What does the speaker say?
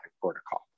protocol